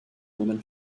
woman